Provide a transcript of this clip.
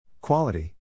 Quality